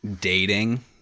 dating